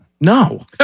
No